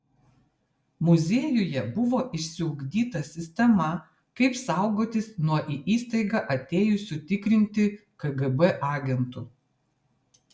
muziejuje buvo išsiugdyta sistema kaip saugotis nuo į įstaigą atėjusių tikrinti kgb agentų